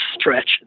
stretch